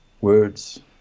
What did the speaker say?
words